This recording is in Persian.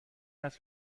است